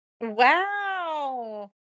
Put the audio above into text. Wow